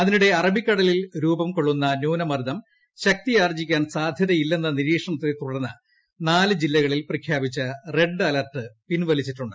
അതിനിടെ അറബിക്കടലിൽ രൂപം കൊള്ളുന്ന ന്യൂനമർദ്ദം ശക്തിയാർജ്ജിക്കാൻ സാധ്യതയില്ലെന്ന നിരീക്ഷണത്തെത്തുടർന്ന് നാല് ജില്ലകളിൽ പ്രഖ്യാപിച്ച റെഡ് അലർട്ട് പിൻവലിച്ചിട്ടുണ്ട്